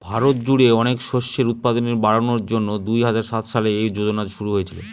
ভারত জুড়ে অনেক শস্যের উৎপাদন বাড়ানোর জন্যে দুই হাজার সাত সালে এই যোজনা শুরু হয়েছিল